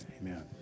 Amen